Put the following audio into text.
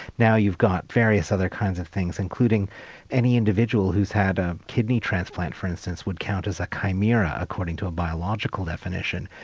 now you've got various other kinds of things, including any individual who's had a kidney transplant, for instance, would count as a chimera according to a biological definition.